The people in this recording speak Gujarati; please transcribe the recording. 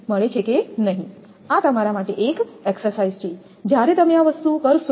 આ તમારા માટે એક એક્સરસાઇઝ છે જ્યારે તમે આ વસ્તુ કરશો